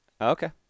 okay